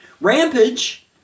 Rampage